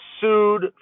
sued